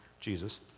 Jesus